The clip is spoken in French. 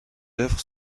œuvres